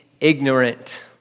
ignorant